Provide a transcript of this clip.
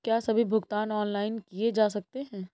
क्या सभी भुगतान ऑनलाइन किए जा सकते हैं?